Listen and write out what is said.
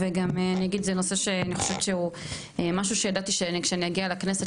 וגם אני אגיד שזה נושא שאני חושבת שהוא משהו שידעתי שכשאני אגיע לכנסת,